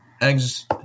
eggs